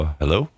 hello